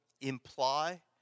imply